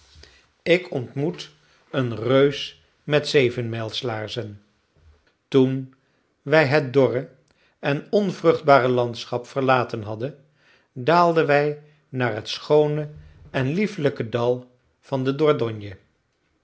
ik ontmoet een reus met zevenmijls laarzen toen wij het dorre en onvruchtbare landschap verlaten hadden daalden wij naar het schoone en liefelijke dal van de dordogne